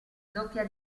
doppia